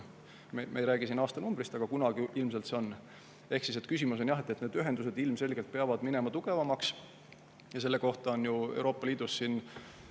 Me ei räägi siin aastanumbrist, aga kunagi ilmselt see tuleb. Ehk siis küsimus on jah selles, et ühendused ilmselgelt peavad minema tugevamaks. Ja selle kohta on ju Euroopa Liidus